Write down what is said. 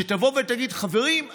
שתבוא ותגיד: חברים,